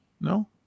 No